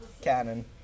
Cannon